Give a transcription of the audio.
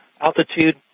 Altitude